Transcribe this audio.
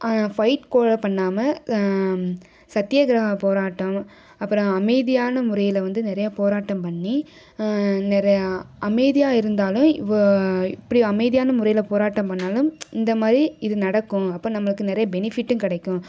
fight கூட பண்ணாமல் சத்தியாக்கிரக போராட்டம் அப்புறோம் அமைதியான முறையில் வந்து நிறையா போராட்டம் பண்ணி நிறையா அமைதியாக இருந்தாலும் ஒ இப்படி அமைதியான முறையில் போராட்டம் பண்ணிணாலும் இந்த மாதிரி இது நடக்கும் அப்போ நம்மளுக்கு நிறைய பெனிஃபிட்டும் கிடைக்கும்